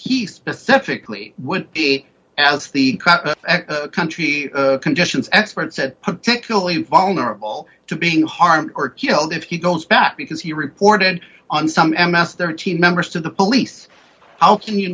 he specifically would be as the country conditions expert said vulnerable to being harmed or killed if he goes back because he reported on some m s thirteen members to the police how can you